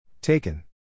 Taken